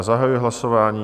Zahajuji hlasování.